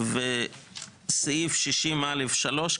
וסעיף 60א(3),